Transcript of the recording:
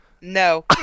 No